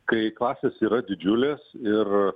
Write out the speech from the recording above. kai faktas yra didžiulis ir